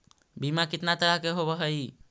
बीमा कितना तरह के होव हइ?